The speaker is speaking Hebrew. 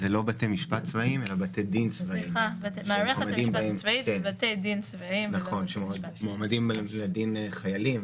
בדרך כלל אתם מניחים שהסנגור לא היה מבקש דיון ב-VC בכל מקרה באותם